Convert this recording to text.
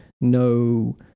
no